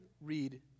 read